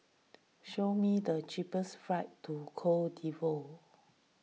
show me the cheapest flights to Cote D'Ivoire